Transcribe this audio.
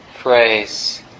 phrase